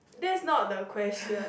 that's not the question